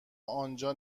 آنجا